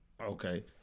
Okay